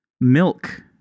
milk